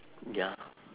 ya